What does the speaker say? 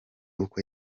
uko